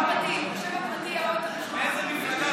באיזו אות?